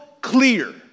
clear